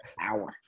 hour